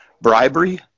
bribery